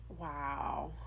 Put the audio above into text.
Wow